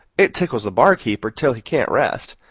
it tickles the barkeeper till he can't rest,